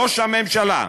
ראש הממשלה,